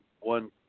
one